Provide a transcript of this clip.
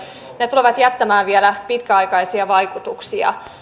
ne tulevat jättämään vielä pitkäaikaisia vaikutuksia no